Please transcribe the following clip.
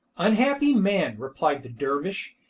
unhappy man, replied the dervish,